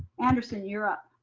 anderson you're up.